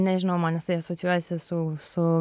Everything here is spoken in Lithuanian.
nežinau man jisai asocijuojasi su su